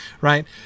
right